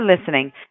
listening